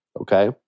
okay